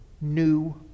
new